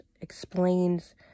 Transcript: explains